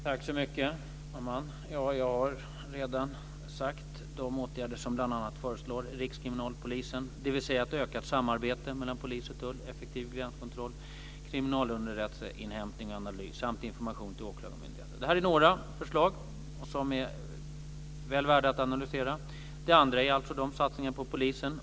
Fru talman! Jag har redan nämnt de åtgärder som föreslås av Rikskriminalpolisen, dvs. ett ökat samarbete mellan polis och tull, effektiv gränskontroll, kriminalunderrättelseinhämtning och analys samt information till åklagarmyndigheten. Det är några förslag som är väl värda att analysera. Vi gör dessutom satsningar på polisen.